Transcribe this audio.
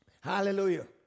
Hallelujah